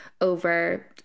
over